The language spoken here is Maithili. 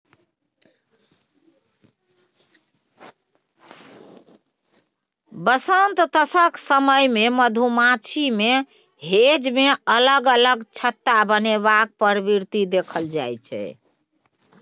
बसंमतसक समय मे मधुमाछी मे हेंज मे अलग अलग छत्ता बनेबाक प्रवृति देखल जाइ छै